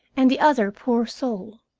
and the other poor soul,